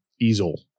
easel